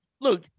look